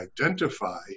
identify